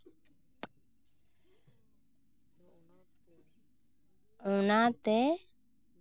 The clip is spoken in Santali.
ᱚᱱᱟ ᱛᱮ